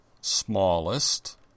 smallest